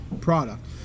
product